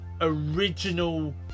original